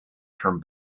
term